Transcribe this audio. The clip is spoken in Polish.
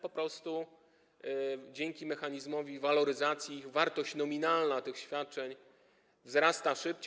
Po prostu dzięki mechanizmowi waloryzacji wartość nominalna tych świadczeń wzrasta szybciej.